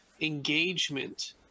engagement